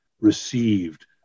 received